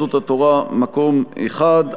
יהדות התורה: מקום אחד.